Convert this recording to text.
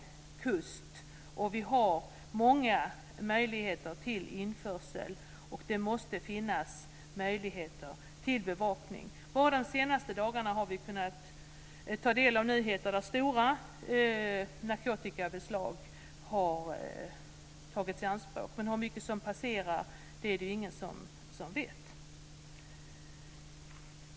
Vi har en lång kust med många möjligheter till införsel. Det måste finnas möjligheter till bevakning. Vi har bara under de senaste dagarna kunnat ta del av uppgifter om stora narkotikabeslag som har gjorts. Hur mycket som passerar gränserna är det ingen som vet.